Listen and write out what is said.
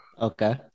Okay